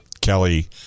Kelly